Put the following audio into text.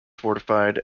fortified